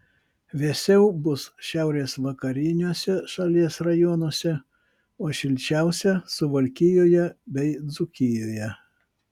vėsiau bus šiaurės vakariniuose šalies rajonuose o šilčiausia suvalkijoje bei dzūkijoje